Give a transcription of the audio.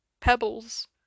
pebbles